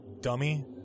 dummy